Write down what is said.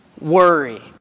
worry